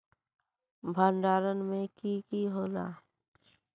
भण्डारण में की की होला?